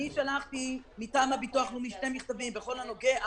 אני שלחתי מטעם הביטוח הלאומי שני מכתבים בכל הנוגע